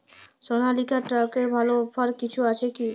সনালিকা ট্রাক্টরে ভালো অফার কিছু আছে কি?